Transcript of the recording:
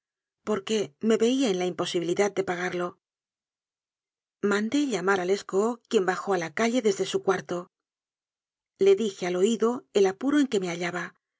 poderosa porque me veía en la imposibilidad de pagarlo mandé llamar a lescaut quien bajó a la calle desde su cuarto le dije al oído el apuro en que me hallaba